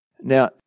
Now